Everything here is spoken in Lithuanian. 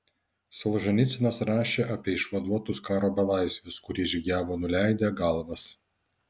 solženicynas rašė apie išvaduotus karo belaisvius kurie žygiavo nuleidę galvas